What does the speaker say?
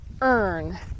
earn